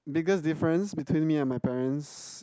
biggest difference between me and my parents